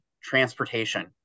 transportation